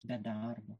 be darbo